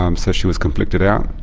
um so she was conflicted out.